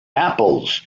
apples